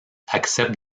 accepte